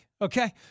okay